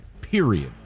Period